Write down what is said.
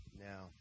Now